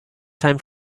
time